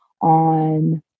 on